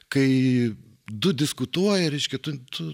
kai du diskutuoja reiškia tu tu